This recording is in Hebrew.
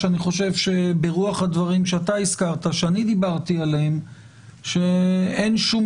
שאני חושב שברוח הדברים שאתה הזכרת שאני דיברתי עליהם שאין שום